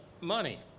money